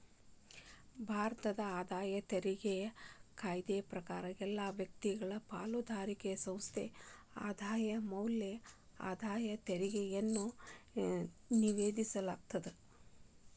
ಭಾರತದ ಆದಾಯ ತೆರಿಗೆ ಕಾಯ್ದೆ ಪ್ರಕಾರ ಎಲ್ಲಾ ವ್ಯಕ್ತಿಗಳು ಪಾಲುದಾರಿಕೆ ಸಂಸ್ಥೆಗಳ ಆದಾಯದ ಮ್ಯಾಲೆ ಆದಾಯ ತೆರಿಗೆಯನ್ನ ವಿಧಿಸಲಾಗ್ತದ